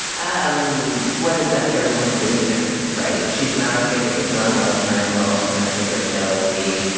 um what is that third woman doing there? right. she's not a figure. it's not a love triangle. she's not a figure of jealousy.